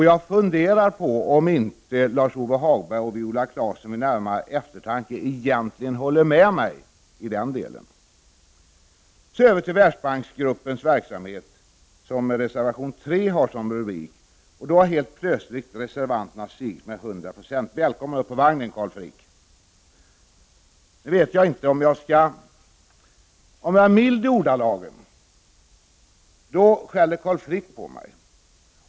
Jag funderar på om inte Lars-Ove Hag berg och Viola Claesson vid närmare eftertanke egentligen håller med mig i den delen. Så över till Världsbanksgruppens verksamhet, som rubriken på reservation 3 lyder. Reservanterna har här plötsligt ökat med 100 96. Välkommen upp på vagnen, Carl Frick! Om jag är mild i ordalagen skäller Carl Frick på mig.